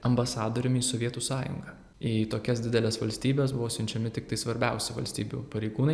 ambasadoriumi į sovietų sąjungą į tokias dideles valstybes buvo siunčiami tiktai svarbiausi valstybių pareigūnai